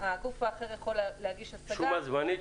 הגוף האחר יכול להגיש השגה --- שומה זמנית,